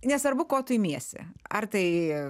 nesvarbu ko tu imiesi ar tai